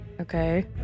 Okay